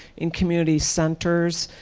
in community centers,